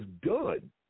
done